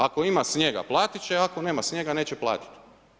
Ako ima snijega platiti, ako nema snijega neće platiti.